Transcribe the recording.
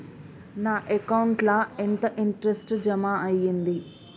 నా అకౌంట్ ల ఎంత ఇంట్రెస్ట్ జమ అయ్యింది?